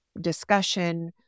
discussion